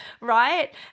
right